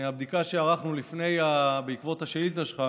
מהבדיקה שערכנו בעקבות השאילתה שלך